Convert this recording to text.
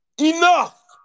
Enough